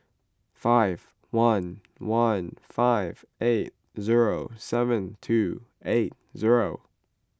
five one one five eight zero seven two eight zero